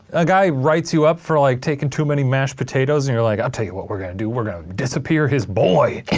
a guy writes you up for like takin' too many mashed potatoes and you're like, i'll tell you what we're gonna do, we're gonna disappear his boy.